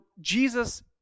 Jesus